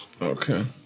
Okay